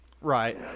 Right